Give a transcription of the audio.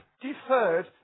deferred